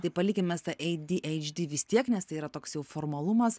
tai palikim mes tą ei dy eidž dy vis tiek nes tai yra toks jau formalumas